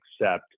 accept